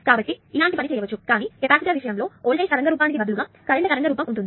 కాబట్టి ఇలాంటి పని చేయవచ్చు కానీ కెపాసిటర్ విషయంలో వోల్టేజ్ తరంగ రూపానికి బదులుగా కరెంట్ తరంగ రూపం ఉంటుంది